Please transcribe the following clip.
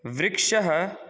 वृक्षः